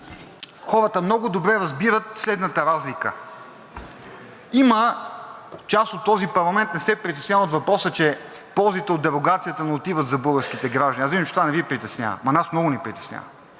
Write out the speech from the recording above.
хората много добре разбират следната разлика: една част от тази парламент не се притеснява от въпроса, че ползите от дерогацията не отива за българските граждани, разбирам, че това не Ви притеснява, но нас много ни притеснява,